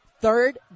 Third